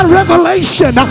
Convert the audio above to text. revelation